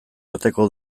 arteko